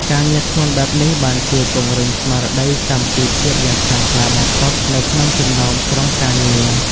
ការងារធ្ងន់បែបនេះបានជួយពង្រឹងស្មារតីសាមគ្គីភាពយ៉ាងខ្លាំងក្លាបំផុតនៅក្នុងចំណោមក្រុមការងារ។